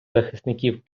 захисників